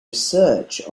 research